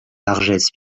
largesses